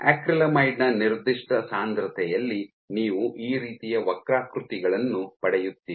ಅಕ್ರಿಲಾಮೈಡ್ನ ನಿರ್ದಿಷ್ಟ ಸಾಂದ್ರತೆಯಲ್ಲಿ ನೀವು ಈ ರೀತಿಯ ವಕ್ರಾಕೃತಿಗಳನ್ನು ಪಡೆಯುತ್ತೀರಿ